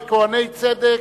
וכוהני צדק,